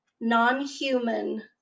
non-human